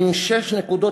עם שש נקודות,